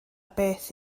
beth